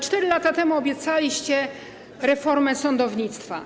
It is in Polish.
4 lata temu obiecaliście reformę sądownictwa.